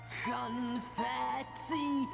confetti